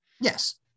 Yes